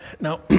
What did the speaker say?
now